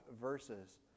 verses